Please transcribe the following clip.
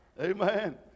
Amen